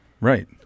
Right